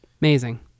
amazing